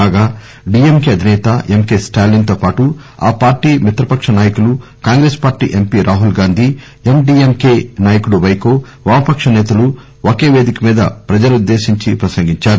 కాగా డిఎంకె అధినేత ఎంకె స్టాలిస్ తో పాటు ఆ పార్టీ మిత్ర పక్ష నాయకులు Congress party MP Rahul Gandhi MDMK నాయకుడు పైకో వామపక్ష నేతలు ఒకే పేదికమీద ప్రజలనుద్దేశించి ప్రసంగించారు